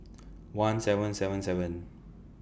one seven seven seven